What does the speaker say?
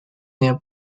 near